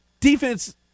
Defense